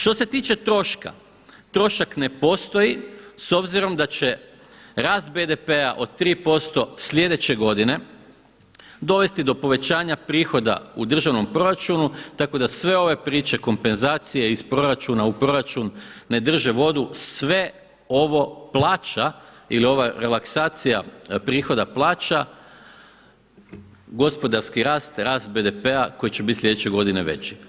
Što se tiče troška, trošak ne postoji s obzirom da će rast BDP-a od 3% slijedeće godine dovesti do povećanja prihoda u državnom proračunu tako da sve ove priče, kompenzacije iz proračuna u proračun ne drže vodu, sve ovo plaća ili ova relaksacija prihoda plaća gospodarski rast, rast BDP-a koji će biti slijedeće godine veći.